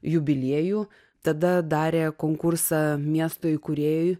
jubiliejų tada darė konkursą miesto įkūrėjui